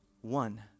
one